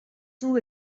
too